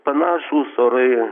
panašūs orai